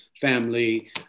family